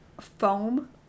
foam